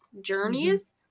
journeys